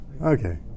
Okay